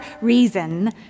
reason